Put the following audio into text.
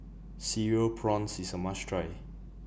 Cereal Prawns IS A must Try